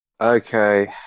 Okay